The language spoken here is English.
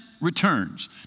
returns